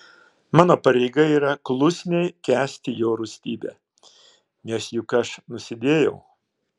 mano pareiga yra klusniai kęsti jo rūstybę nes juk aš nusidėjau